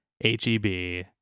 H-E-B